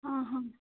हां हां